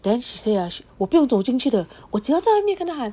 then she say ah she 我不用走进去的我只有在外面跟他喊